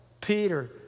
Peter